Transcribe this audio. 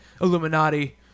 Illuminati